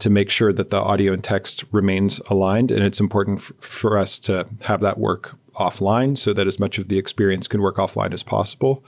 to make sure that the audio and text remains aligned, and it's important for us to have that work offline, so that as much of the experience can work offline as possible.